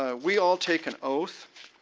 ah we all take an oath.